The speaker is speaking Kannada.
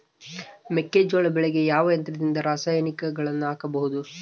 ಮೆಕ್ಕೆಜೋಳ ಬೆಳೆಗೆ ಯಾವ ಯಂತ್ರದಿಂದ ರಾಸಾಯನಿಕಗಳನ್ನು ಹಾಕಬಹುದು?